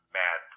mad